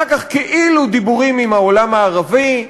אחר כך כאילו דיבורים עם העולם הערבי,